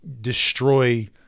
destroy